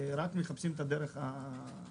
ורק מחפשים את הדרך הנכונה.